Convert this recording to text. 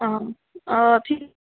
অ অ ঠিক